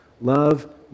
Love